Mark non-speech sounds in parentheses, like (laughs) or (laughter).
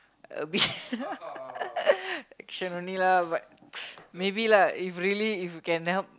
a bit (laughs) action only lah but maybe lah if really if can help